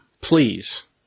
Please